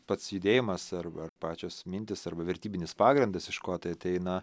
pats judėjimas ar ar pačios mintys arba vertybinis pagrindas iš ko tai ateina